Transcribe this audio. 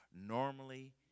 normally